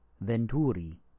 Venturi